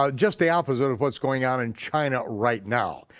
um just the opposite of what's going on in china right now.